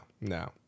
no